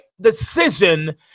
decision